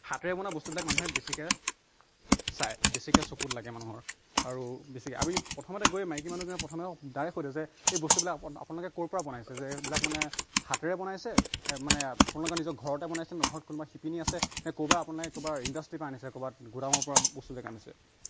হাতেৰে বনোৱা বস্তুবিলাক মানুহে বেছিকৈ চাই বেছিকৈ চকুত লাগে মানুহৰ আৰু বেছিকৈ আমি প্ৰথমতে গৈ মাইকী মানুহজনীয়ে প্ৰথমে ডাইৰেক্ট সোধে যে এই বস্তুবিলাক আপোনা আপোনালোকে ক'ৰপৰা বনাইছে যে এইবিলাক মানে হাতেৰে বনাইছে নে মানে আপোনালোকে নিজৰ ঘৰতে বনাইছে নে ঘৰত কোনোবা শিপিনী আছে নে ক'ৰবাত আপোনালোকে ক'ৰবাৰ ইণ্ডাষ্ট্ৰীৰপৰা আনিছে ক'ৰবাত গুদামৰপৰা বস্তুবিলাক আনিছে